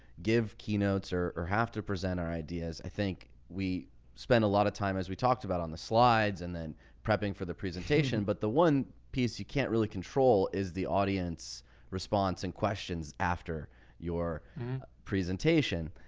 give keynotes or or have to present our ideas. i think we spend a lot of time, as we talked about on the slides and then prepping for the presentation, but the one piece you can't really control is the audience response and questions after your presentation.